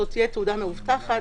זו תהיה תעודה מאובטחת,